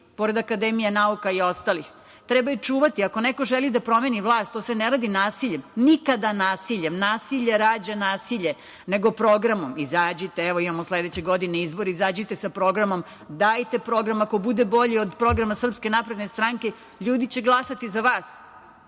pored Akademije nauka i ostalih. Treba je čuvati. Ako neko želi da promeni vlast, to se ne radi nasiljem, nikada nasiljem, nasilje rađa nasilje, nego programom. Izađite, evo imamo sledeće godine izbore, izađite sa programom, dajte program, ako bude bolji od programa SNS, ljudi će glasati za vas,